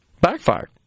backfired